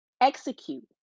execute